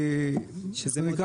זה נקרא,